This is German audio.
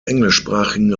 englischsprachigen